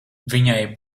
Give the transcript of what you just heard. viņai